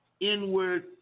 inward